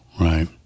right